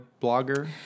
blogger